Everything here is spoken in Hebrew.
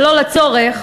שלא לצורך,